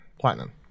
platinum